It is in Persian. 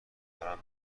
شوهرم